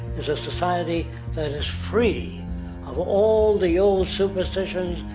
is a society that is free of all the old superstitions,